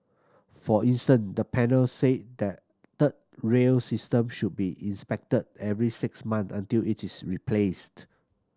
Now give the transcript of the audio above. for instance the panel said the third rail system should be inspected every six month until it is replaced